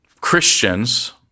Christians